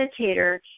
meditator